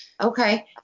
Okay